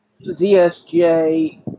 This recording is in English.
ZSJ